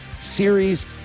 Series